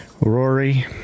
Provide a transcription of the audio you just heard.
Rory